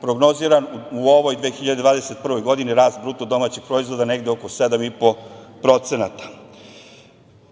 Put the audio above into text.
prognoziran u ovoj 2021. godini, rast bruto domaćih proizvoda negde oko 7,5%.